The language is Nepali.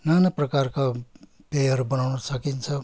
नाना प्रकारका पेयहरू बनाउन सकिन्छ